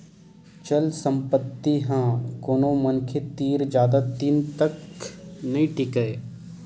चल संपत्ति ह कोनो मनखे तीर जादा दिन तक नइ टीकय